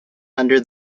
under